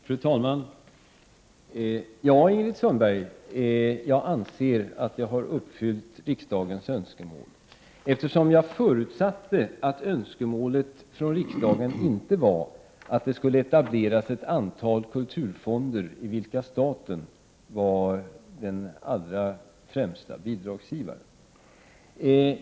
Fru talman! Ja, Ingrid Sundberg, jag anser att jag har uppfyllt riksdagens önskemål, eftersom jag förutsatte att önskemålet från riksdagen inte var att det skulle etableras ett antal kulturfonder i vilka staten skulle vara den allra främsta bidragsgivaren.